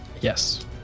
Yes